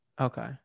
Okay